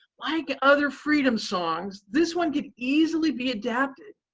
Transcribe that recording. like other freedom songs, this one could easily be adapted